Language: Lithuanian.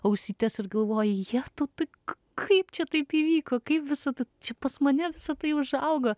ausytes ir galvoji jetau tai k kaip čia taip įvyko kaip visa t čia pas mane visa tai užaugo